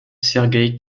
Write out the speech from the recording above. sergueï